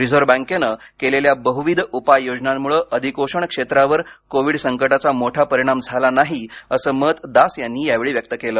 reserve बँकैनं केलेल्या बहुविध उपाययोजनांमुळे अधिकोषण क्षेत्रावर कोविड संकटाचा मोठा परिणाम झाला नाही असं मत दास यांनी यावेळी व्यक्त केल